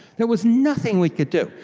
there was nothing we could do.